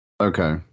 Okay